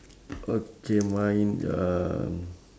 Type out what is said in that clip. okay mine um